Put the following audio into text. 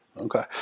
Okay